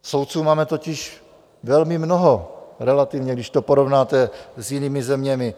Soudců máme totiž velmi mnoho relativně, když to porovnáte s jinými zeměmi.